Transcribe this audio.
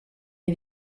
les